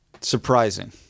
surprising